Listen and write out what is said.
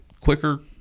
quicker –